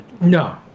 No